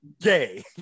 gay